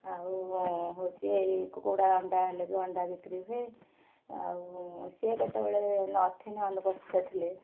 ଆଉ ହେଉଛି ଏଇ କୁକୁଡ଼ା ଅଣ୍ଡା ହେଲେ ବି ଅଣ୍ଡା ବିକ୍ରି ହୁଏ ଆଉ ସିଏ କେତେବେଳେ ନଥିଲେ ଅନୁପସ୍ଥିତ ଥିଲେ